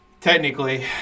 technically